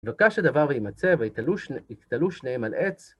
בוקש הדבר ויימצא וייתלו שניהם על עץ.